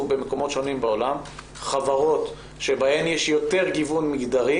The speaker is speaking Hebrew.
במקומות שונים בעולם חברות שבהן יש יותר גיוון מגדרי